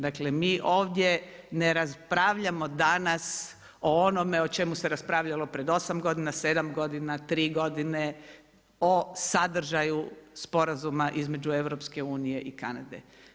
Dakle, mi ovdje ne raspravljamo danas o onome o čemu se raspravljalo pred 8 godina, 7 godina, 3 godine, o sadržaju sporazuma između EU i Kanade.